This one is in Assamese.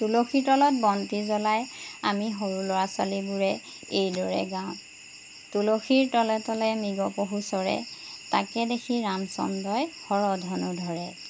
তুলসী তলত বন্তি জ্বলাই আমি সৰু ল'ৰা ছোৱালীবোৰে এইদৰে গাওঁ তুলসীৰ তলে তলে মৃগপহু চৰে তাকে দেখি ৰাম চন্দ্ৰই শৰধনু ধৰে